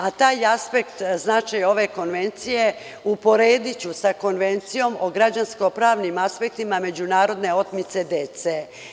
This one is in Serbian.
A taj aspekt značaja ove konvencije uporediću sa konvencijom o građansko pravnim aspektima međunarodne otmice dece.